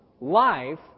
life